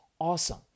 awesome